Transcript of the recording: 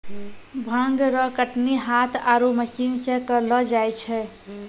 भांग रो कटनी हाथ आरु मशीन से करलो जाय छै